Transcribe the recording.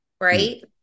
right